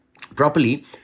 properly